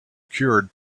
cured